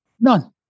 None